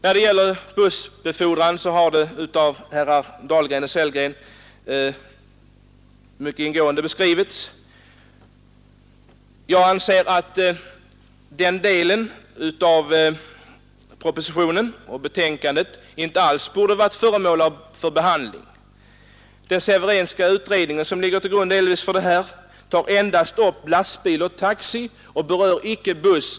När det gäller bussbefordran har läget mycket ingående beskrivits av herrar Dahlgren och Sellgren. Jag anser att den delen av propositionen och betänkandet inte alls borde varit föremål för behandling. Den Severinska utredningen som ligger till grund för detta gäller endast lastbilar och taxi och berör icke buss.